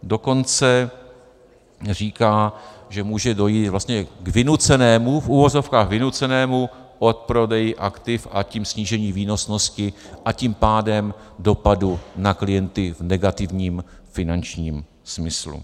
Dokonce říká, že může dojít vlastně k vynucenému, v uvozovkách vynucenému, odprodeji aktiv, a tím snížení výnosnosti, a tím pádem dopadu na klienty v negativním finančním smyslu.